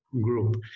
group